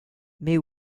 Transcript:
mais